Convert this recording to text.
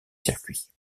circuit